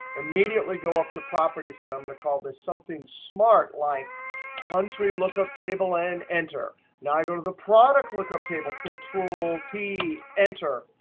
immediately go up to properties and i'm going to call this something smart like country lookup table and enter. now, i go to the product lookup table, control t, enter.